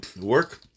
work